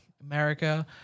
America